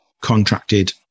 contracted